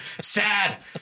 Sad